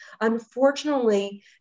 unfortunately